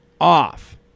off